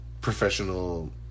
professional